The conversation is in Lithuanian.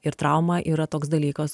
ir trauma yra toks dalykas